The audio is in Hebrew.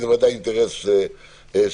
וזה ודאי אינטרס של הציבור.